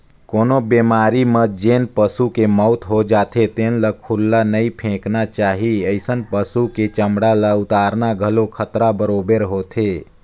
कोनो बेमारी म जेन पसू के मउत हो जाथे तेन ल खुल्ला नइ फेकना चाही, अइसन पसु के चमड़ा ल उतारना घलो खतरा बरोबेर होथे